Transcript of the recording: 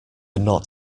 not